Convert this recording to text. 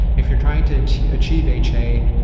if you're trying to to achieve ha,